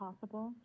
possible